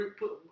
put